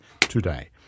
today